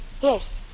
Yes